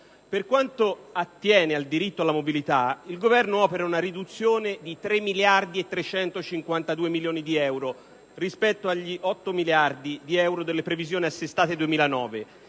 Per quanto attiene al diritto alla mobilità, il Governo opera una riduzione di 3.352 milioni di euro, rispetto agli 8.086 milioni di euro delle previsioni assestate 2009,